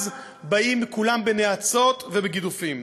אז באים כולם בנאצות ובגידופים,